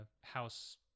house